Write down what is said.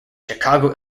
chicago